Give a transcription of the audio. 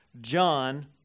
John